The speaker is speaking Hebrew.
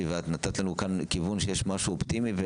ואת נתת לנו כיוון שיש משהו אופטימי.